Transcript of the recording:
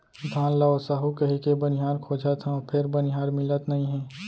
धान ल ओसाहू कहिके बनिहार खोजत हँव फेर बनिहार मिलत नइ हे